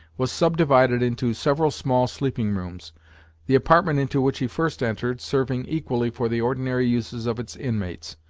was subdivided into several small sleeping-rooms the apartment into which he first entered, serving equally for the ordinary uses of its inmates,